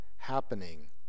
Happening